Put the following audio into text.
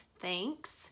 thanks